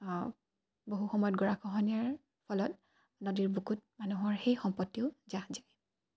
বহু সময়ত গৰাখহনীয়াৰ ফলত নদীৰ বুকুত মানুহৰ সেই সম্পত্তিও জাহ যায়